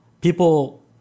people